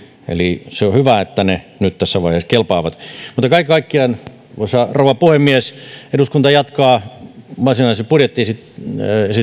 eli se on hyvä että ne nyt tässä vaiheessa kelpaavat mutta kaiken kaikkiaan arvoisa rouva puhemies eduskunta jatkaa varsinaisen budjettiesityksen